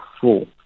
four